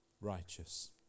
righteous